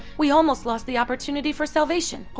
we almost lost the opportunity for salvation. oh,